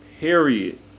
Period